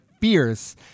fierce